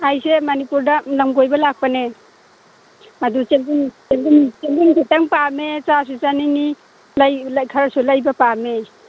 ꯑꯩꯁꯦ ꯃꯅꯤꯄꯨꯔꯗ ꯂꯝ ꯀꯣꯏꯕ ꯂꯥꯛꯄꯅꯦ ꯑꯗꯨ ꯆꯦꯡꯒꯨꯝ ꯈꯤꯇꯪ ꯄꯥꯝꯃꯦ ꯆꯥꯁꯨ ꯆꯥꯅꯤꯡꯏ ꯈꯔꯁꯨ ꯂꯩꯕ ꯄꯥꯝꯅꯤ